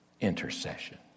Intercession